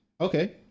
okay